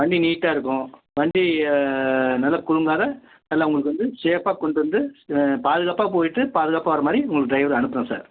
வண்டி நீட்டாக இருக்கும் வண்டி நல்லா குலுங்காது நல்லா உங்களுக்கு வந்து சேஃபாக கொண்டுட்டு வந்து பாதுகாப்பாக போய்விட்டு பாதுகாப்பாக வர மாதிரி உங்களுக்கு டிரைவர் அனுப்புகிறேன் சார்